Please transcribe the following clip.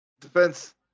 Defense